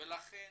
ולכן